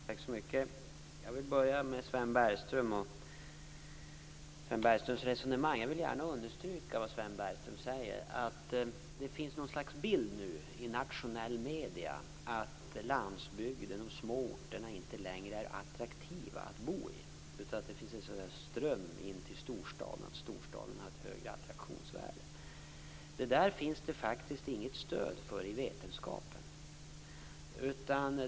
Herr talman! Jag vill börja med Sven Bergström och Sven Bergströms resonemang. Jag vill gärna understryka vad Sven Bergström säger: Det finns ett slags bild i nationella medier av att landsbygden, de små orterna, inte längre är attraktiva att bo i och att det så att säga finns en ström in till storstaden, att storstaden har ett högre attraktionsvärde. Det där finns det faktiskt inget stöd för i vetenskapen.